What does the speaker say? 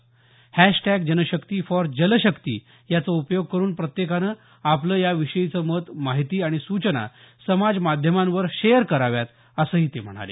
hashtag जनशक्ती for जलशक्ती याचा उपयोग करून प्रत्येकानं आपलं या विषयीचं मत माहिती आणि सूचना समाज माध्यमांवर शेअर कराव्यात असंही ते म्हणाले